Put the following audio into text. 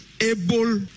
able